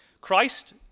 Christ